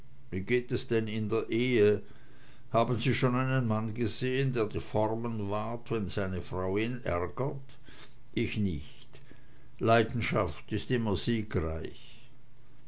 wie geht es denn in der ehe haben sie schon einen mann gesehen der die formen wahrt wenn seine frau ihn ärgert ich nicht leidenschaft ist immer siegreich